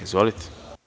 Izvolite.